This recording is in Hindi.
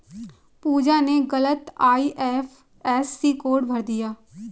पूजा ने गलत आई.एफ.एस.सी कोड भर दिया